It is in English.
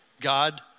God